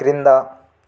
క్రింద